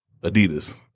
Adidas